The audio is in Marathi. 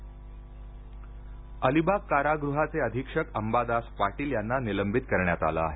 अलिबाग तरूंग अधीक्षक अलिबाग कारागृहाचे अधीक्षक अंबादास पाटील यांना निलंबित करण्यात आलं आहे